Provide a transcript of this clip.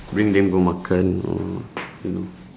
bring them go makan or you know